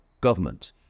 government